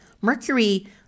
Mercury